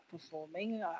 performing